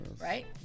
Right